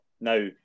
Now